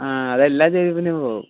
അതെല്ലാ ചെരുപ്പിലും ആവും